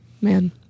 Man